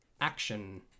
action